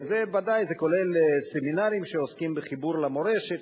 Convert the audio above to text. זה כולל סמינרים שעוסקים בחיבור למורשת,